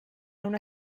una